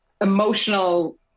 emotional